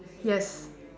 yes